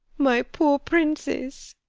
my poor princes!